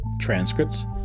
Transcripts